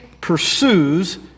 pursues